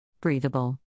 Breathable